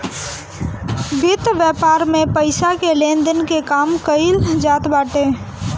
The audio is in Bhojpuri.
वित्त व्यापार में पईसा के लेन देन के काम कईल जात बाटे